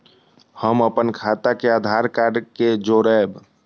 हम अपन खाता के आधार कार्ड के जोरैब?